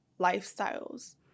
lifestyles